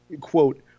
quote